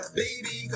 baby